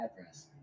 address